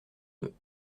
deux